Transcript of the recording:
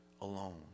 alone